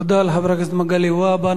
תודה לחבר הכנסת מגלי והבה.